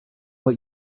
what